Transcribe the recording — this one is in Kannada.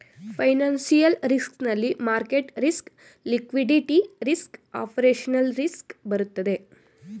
ಫೈನಾನ್ಸಿಯಲ್ ರಿಸ್ಕ್ ನಲ್ಲಿ market risk, liquidity risk, operational risk ಬರುತ್ತದೆ